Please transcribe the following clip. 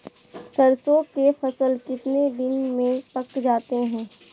सरसों के फसल कितने दिन में पक जाते है?